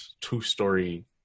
two-story